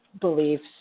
beliefs